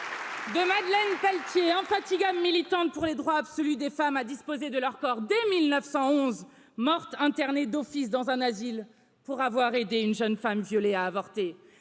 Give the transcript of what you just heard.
de madeleine pelletier infatigable militante pour les droits absolus des femmes à disposer de leur corps dès mille neuf cent onze morte internée d'office dans un asile pour avoir aidé une jeune femme violée à avorter